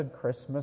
Christmas